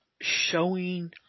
Showing